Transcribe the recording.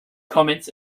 comments